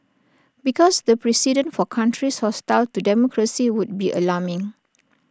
because the precedent for countries hostile to democracy would be alarming